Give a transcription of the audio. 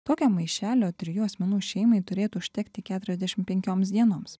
tokio maišelio trijų asmenų šeimai turėtų užtekti keturiasdešim penkioms dienoms